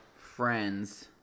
Friends